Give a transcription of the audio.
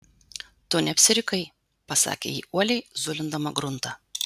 tu neapsirikai pasakė ji uoliai zulindama gruntą